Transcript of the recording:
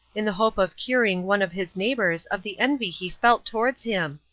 in the hope of curing one of his neighbours of the envy he felt towards him.